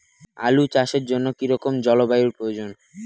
আলু চাষের জন্য কি রকম জলবায়ুর প্রয়োজন?